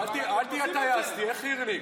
אז אל תהיה טייס, תהיה חי"רניק.